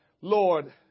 Lord